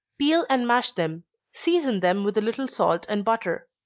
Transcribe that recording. peel and mash them season them with a little salt and butter.